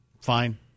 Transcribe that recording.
fine